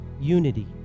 unity